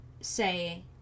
say